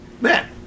man